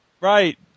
Right